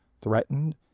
threatened